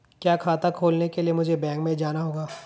क्या खाता खोलने के लिए मुझे बैंक में जाना होगा?